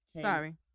sorry